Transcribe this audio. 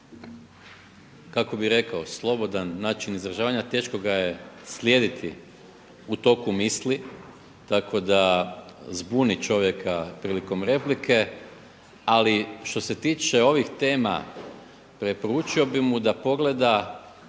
kako bi rekao slobodan način izražavanja, teško ga je slijediti u toku misli, tako da zbuni čovjeka prilikom replike. Ali što se tiče ovih tema preporučio bi mu da pogleda